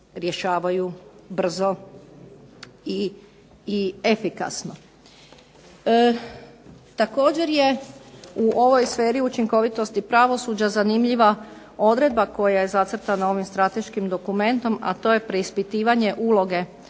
rješavaju brzo i efikasno. Također je u ovoj sferi učinkovitosti pravosuđa zanimljiva odredba koja je zacrtana ovim strateškim dokumentom, a to je preispitivanje uloge